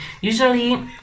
usually